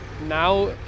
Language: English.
now